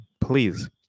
please